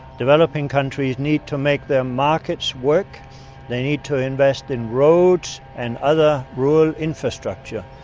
developing countries need to make their markets work they need to invest in roads and other rural infrastructure.